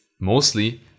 mostly